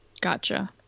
gotcha